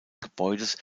gebäudes